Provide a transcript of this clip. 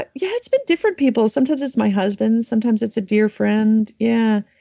but yeah. it's been different people. sometimes it's my husband. sometimes it's a dear friend. yeah.